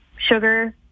sugar